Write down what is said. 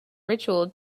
ritual